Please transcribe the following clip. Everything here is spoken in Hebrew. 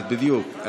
בדיוק.